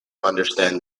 understand